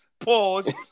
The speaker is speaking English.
Pause